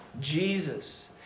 Jesus